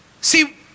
See